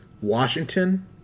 Washington